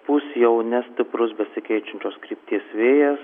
pūs jau nestiprus besikeičiančios krypties vėjas